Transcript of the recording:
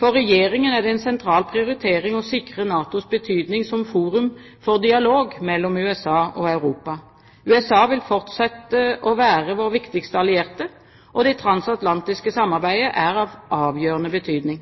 For Regjeringen er det en sentral prioritering å sikre NATOs betydning som forum for dialog mellom USA og Europa. USA vil fortsette å være vår viktigste allierte, og det transatlantiske samarbeidet er av avgjørende betydning.